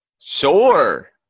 Sure